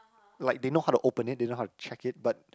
like they know how to open it they know how to check it but